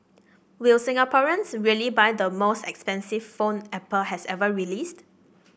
will Singaporeans really buy the most expensive phone Apple has ever released